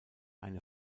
eine